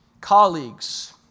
colleagues